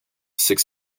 six